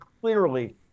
clearly